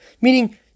Meaning